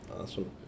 Awesome